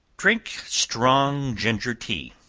drink strong ginger tea,